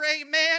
amen